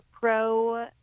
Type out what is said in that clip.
pro